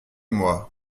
moi